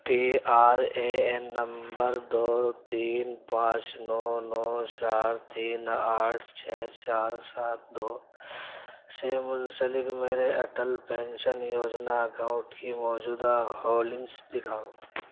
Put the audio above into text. P R A N نمبر دو تین پانچ نو نو چار تین آٹھ چھ چار سات دو سے منسلک میرے اٹل پینشن یوجنا اکاؤنٹ کی موجودہ ہولڈنگس دکھاؤ